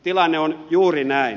tilanne on juuri näin